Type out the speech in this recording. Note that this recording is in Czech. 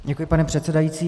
Děkuji, pane předsedající.